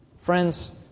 Friends